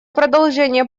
продолжения